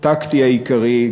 הטקטי העיקרי,